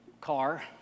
car